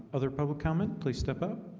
other public comment, please step up